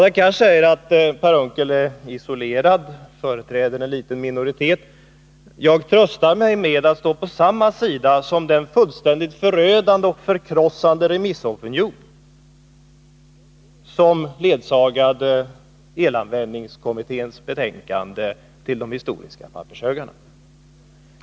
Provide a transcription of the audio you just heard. Hadar Cars säger att Per Unckel är isolerad och företräder en liten minoritet. Jag tröstar mig med att stå på samma sida om den fullständigt förkrossande remissopinion som ledsagade elanvändningskommitténs betänkande till historiens pappershögar.